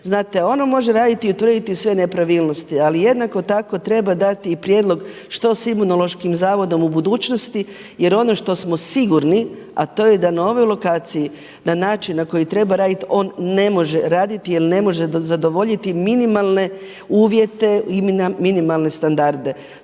znate, ono može raditi i utvrditi sve nepravilnosti ali jednako tako treba dati i prijedlog što s Imunološkim zavodom u budućnosti jer ono što smo sigurni a to je da na ovoj lokaciji na način na koji treba raditi on ne može raditi jer ne može zadovoljiti minimalne uvjete i minimalne standarde.